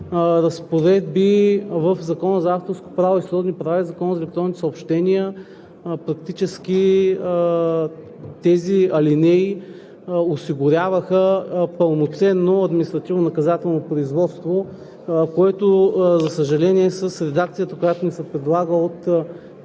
разпоредби в Закона за авторското право и сродните му права и в Закона за електронните съобщения, практически тези алинеи осигуряваха пълноценно административнонаказателно производство, което, за съжаление, с редакцията, която ни се предлага от